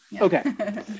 Okay